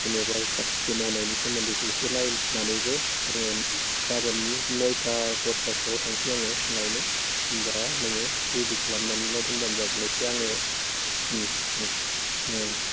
जेनेबा खेति मावनायनि सोमोन्दैखौ इसे नायहैनानैबो आङो गाबोन नयथा दसतासोआव थांनोसै आङो लायनो होनबा नोङो रेडि खालामनानैल' दोनबानो जाबाय इसे आं ओं